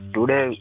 Today